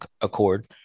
accord